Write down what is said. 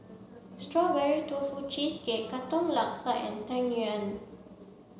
Strawberry Tofu Cheesecake Katong Laksa and Tang Yuen